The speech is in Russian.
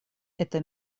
это